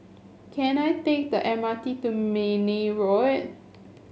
can I take the M R T to Mayne Road